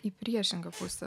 į priešingą pusę